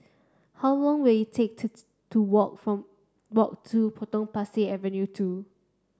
how long will it take to to walk from walk to Potong Pasir Avenue two